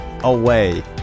away